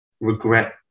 regret